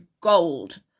gold